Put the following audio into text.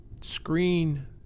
screen